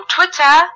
Twitter